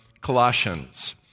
Colossians